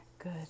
Good